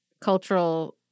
cultural